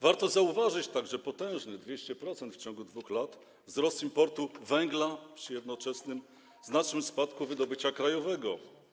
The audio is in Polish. Warto zauważyć także potężny - 200% w ciągu 2 lat - wzrost importu węgla przy jednoczesnym znacznym spadku wydobycia krajowego.